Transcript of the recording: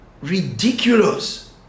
Ridiculous